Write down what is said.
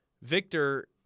Victor